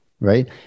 right